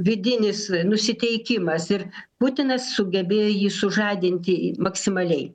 vidinis nusiteikimas ir putinas sugebėjo jį sužadinti maksimaliai